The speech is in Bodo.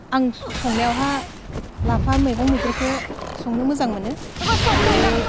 आं संनायावहा लाफा मैगं मैद्रुखो संनो मोजां मोनो बेयो